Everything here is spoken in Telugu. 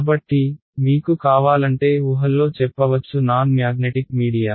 కాబట్టి మీకు కావాలంటే ఊహల్లో చెప్పవచ్చు నాన్ మ్యాగ్నెటిక్ మీడియా